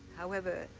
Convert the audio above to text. however,